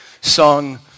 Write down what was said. sung